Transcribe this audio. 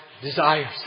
desires